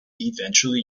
eventually